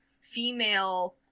female